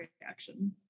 reaction